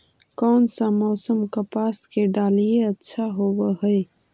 कोन सा मोसम कपास के डालीय अच्छा होबहय?